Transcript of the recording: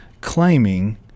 claiming